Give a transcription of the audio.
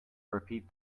repeat